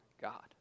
God